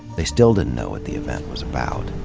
they still didn't know what the event was about.